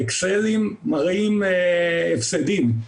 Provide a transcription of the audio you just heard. האקסלים מראים הפסדים.